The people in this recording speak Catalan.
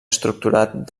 estructurat